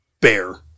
Bear